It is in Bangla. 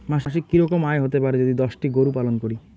মাসিক কি রকম আয় হতে পারে যদি দশটি গরু পালন করি?